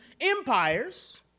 empires